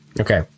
Okay